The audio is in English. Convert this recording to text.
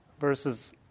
Versus